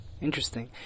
Interesting